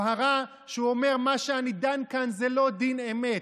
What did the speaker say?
הבהרה שבה הוא אומר: מה שאני דן כאן זה לא דין אמת.